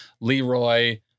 leroy